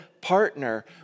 partner